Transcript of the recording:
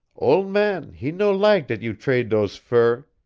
ole' man he no lak' dat you trade dose fur.